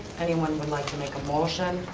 anyone would like to make a motion?